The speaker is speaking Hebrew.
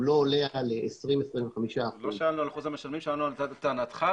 לאוכלוסייה החרדית,